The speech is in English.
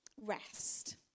Rest